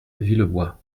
villebois